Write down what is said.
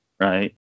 Right